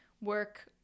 work